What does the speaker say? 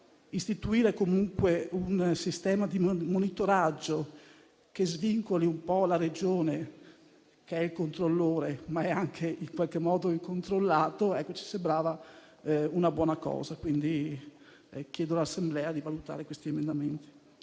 Istituire comunque un sistema di monitoraggio che svincoli la Regione, che è il controllore, ma anche il controllato, ci sembrava una buona cosa. Quindi chiedo all'Assemblea di valutare questi emendamenti.